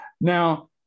Now